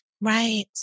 right